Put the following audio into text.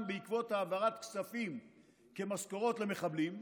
בעקבות העברת כספים כמשכורות למחבלים?